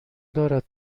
دارد